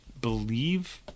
believe